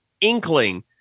inkling